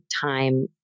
time